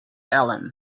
allen